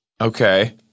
okay